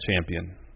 champion